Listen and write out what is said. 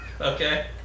okay